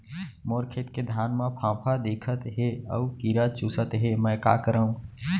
मोर खेत के धान मा फ़ांफां दिखत हे अऊ कीरा चुसत हे मैं का करंव?